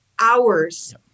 hours